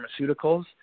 pharmaceuticals